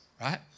right